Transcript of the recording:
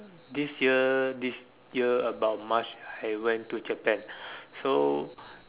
this year this year about March I went to Japan so